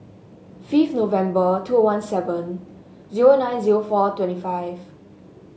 fifth November two one seven zero nine zero four twenty five